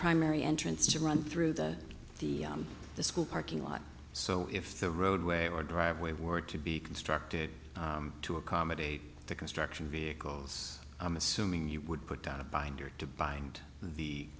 primary entrants to run through the the the school parking lot so if the roadway or driveway were to be constructed to accommodate the construction vehicles i'm assuming you would put out a binder to bind the